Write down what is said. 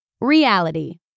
Reality